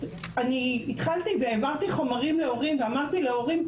התחלתי והעברתי חומרים להורים ואמרתי להורים,